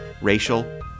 racial